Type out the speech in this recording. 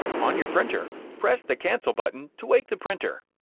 on your printer, press the cancel button to wake the printer.